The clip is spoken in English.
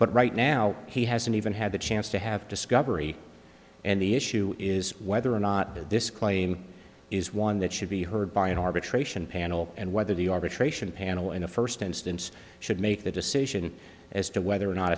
but right now he hasn't even had the chance to have discovery and the issue is whether or not that this claim is one that should be heard by an arbitration panel and whether the arbitration panel in the first instance should make the decision as to whether or not